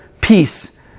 peace